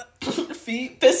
feet